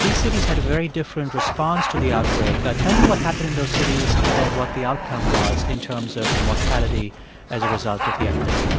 these cities had a very different response to the outbreak. ah tell me what happened in those cities and then what the outcome was in terms of mortality as a result of the epidemic